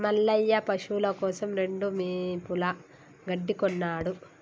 మల్లయ్య పశువుల కోసం రెండు మోపుల గడ్డి కొన్నడు